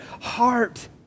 heart